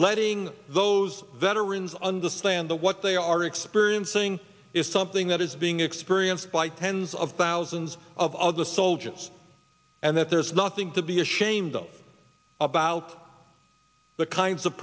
letting those veterans understand that what they are experiencing is something that is being experienced by tens of thousands of of the soldiers and that there's nothing to be ashamed of about the kinds of